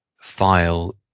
File